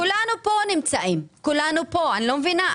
כולנו פה נמצאים, אני לא מבינה.